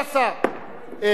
להגן, רבותי, מספיק.